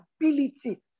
ability